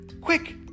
Quick